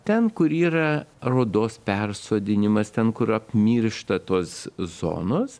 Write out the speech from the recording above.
ten kur yra ar odos persodinimas ten kur apmiršta tos zonos